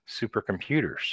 supercomputers